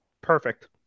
Perfect